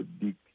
big